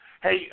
Hey